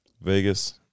Vegas